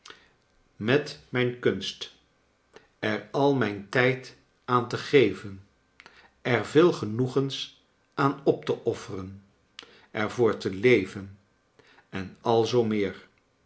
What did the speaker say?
met mijn kunst er al mijn tijd aan te geven er veel genoegens aan op te offeren er voor te leven en al zoo meer